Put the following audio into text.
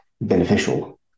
beneficial